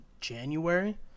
january